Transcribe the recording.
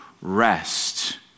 rest